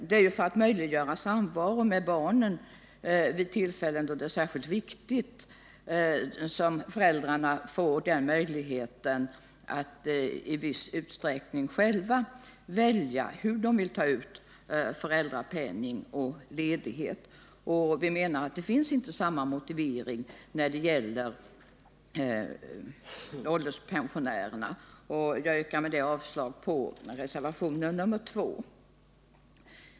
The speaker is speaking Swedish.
Det är för att möjliggöra samvaro med barnen vid tillfällen då detta är särskilt viktigt som föräldrarna får möjlighet att i viss utsträckning själva välja hur de vill ta ut föräldrapenning och ledighet. Vi menar att det inte finns samma motivering när det gäller ålderspensionärerna. Jag yrkar med detta avslag på reservationen 1.